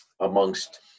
amongst